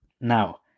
Now